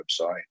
website